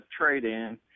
trade-in